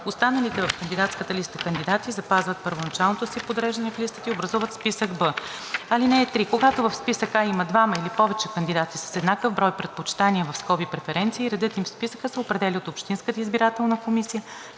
Останалите в кандидатската листа кандидати запазват първоначалното си подреждане в листата и образуват списък Б. (3) Когато в списък А има двама или повече кандидати с еднакъв брой предпочитания (преференции), редът им в списъка се определя от общинската избирателна комисия